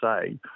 say